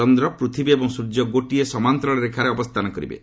ଚନ୍ଦ୍ର ପୃଥିବୀ ଏବଂ ସ୍ୱର୍ଯ୍ୟ ଗୋଟିଏ ସମାନ୍ତରାଳ ରେଖାରେ ଅବସ୍ଥାନ କରିବେ